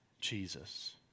Jesus